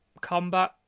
combat